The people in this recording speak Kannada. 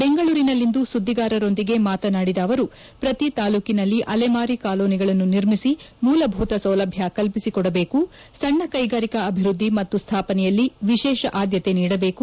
ಬೆಂಗಳೂರಿನಲ್ಲಿಂದು ಸುದ್ದಿಗಾರರೊಂದಿಗೆ ಮಾತನಾಡಿದ ಅವರು ಪ್ರತಿ ತಾಲೂಕಿನಲ್ಲಿ ಅಲೆಮಾರಿ ಕಾಲೋನಿಗಳನ್ನು ನಿರ್ಮಿಸಿ ಮೂಲಭೂತ ಸೌಲಭ್ಯ ಕಲ್ಪಿಸಿ ಕೊಡಬೇಕು ಸಣ್ಣ ಕೈಗಾರಿಕಾ ಅಭಿವೃದ್ಧಿ ಮತ್ತು ಸ್ನಾಪನೆಯಲ್ಲಿ ವಿಶೇಷ ಆದ್ಯತೆ ನೀಡಬೇಕು